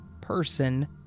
person